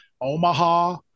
Omaha